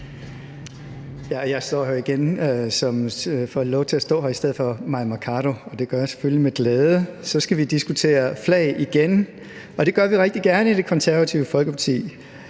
Så har jeg igen fået lov til at stå her i stedet for fru Mai Mercado, og det gør jeg selvfølgelig med glæde. Så skal vi diskutere flag igen, og det gør vi rigtig gerne i Det Konservative Folkeparti.